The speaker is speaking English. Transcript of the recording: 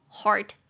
heart